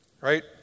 Right